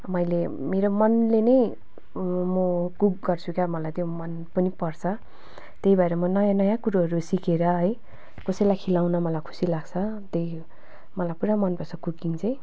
मैले मेरो मनले नै म कुक गर्छु क्या मलाई त्यो मन पनि पर्छ त्यही भएर म नयाँ नयाँ कुरोहरू सिकेर है कसैलाई खुवाउन मलाई खुसी लाग्छ त्यही मलाई पुरा मनपर्छ कुकिङ चाहिँ